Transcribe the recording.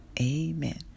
amen